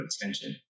attention